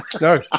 No